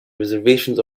reservations